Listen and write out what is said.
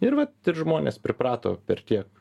ir vat ir žmonės priprato per tiek